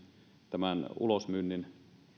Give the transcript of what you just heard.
tämän ulosmyynnin